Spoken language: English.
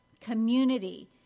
community